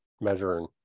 measuring